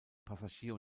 passagier